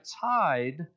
tide